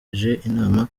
inama